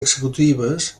executives